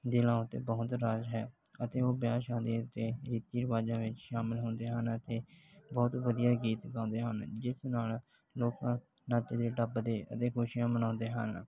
ਦਿਲਾਂ ਉੱਤੇ ਬਹੁਤ ਰਾਜ ਹੈ ਅਤੇ ਉਹ ਵਿਆਹ ਸ਼ਾਦੀਆਂ ਅਤੇ ਰੀਤੀ ਰਿਵਾਜ਼ਾਂ ਵਿੱਚ ਸ਼ਾਮਲ ਹੁੰਦੇ ਹਨ ਅਤੇ ਬਹੁਤ ਵਧੀਆ ਗੀਤ ਗਾਉਂਦੇ ਹਨ ਜਿਸ ਨਾਲ ਲੋਕ ਨੱਚਦੇ ਟੱਪਦੇ ਅਤੇ ਖੁਸ਼ੀਆਂ ਮਨਾਉਂਦੇ ਹਨ